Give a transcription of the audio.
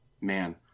Man